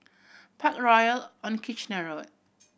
Parkroyal on Kitchener Road